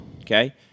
okay